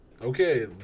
Okay